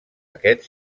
aquest